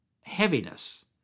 heaviness